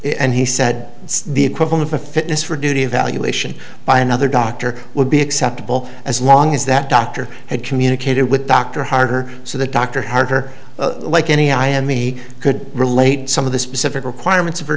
and he said the equivalent of fitness for duty evaluation by another doctor would be acceptable as long as that doctor had communicated with dr harder so the doctor harder like any i had me could relate some of the specific requirements